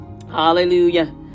Hallelujah